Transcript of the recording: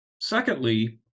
Secondly